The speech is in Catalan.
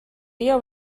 dia